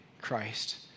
Christ